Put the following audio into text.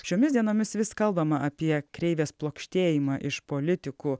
šiomis dienomis vis kalbama apie kreivės plokštėjimą iš politikų